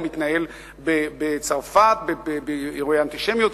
או מתנהל בצרפת באירועי אנטישמיות.